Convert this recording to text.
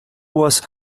was